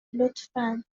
لطفا